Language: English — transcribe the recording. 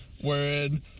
wherein